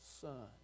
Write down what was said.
son